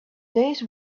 days